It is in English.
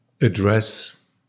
address